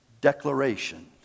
declaration